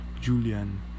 Julian